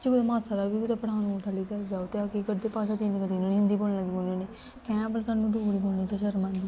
जे कुतै मासा हारा बी कुतै पठानकोट आह्ली साईड जाओ ते अस करदे भाशा चेंज करी ओड़ने होन्ने हिन्दी बोलन लग्गी पौने होन्ने कैं भला सानूं डोगरी बोलने च शर्म औंदी